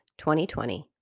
2020